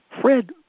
Fred